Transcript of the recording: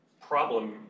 problem